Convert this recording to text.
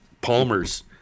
palmer's